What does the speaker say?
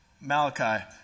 Malachi